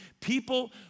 People